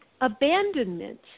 abandonment